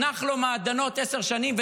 נח לו מעדנות עשר שנים,